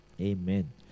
Amen